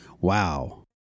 Wow